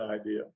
idea